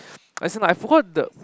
as in I forgot the